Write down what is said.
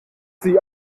sie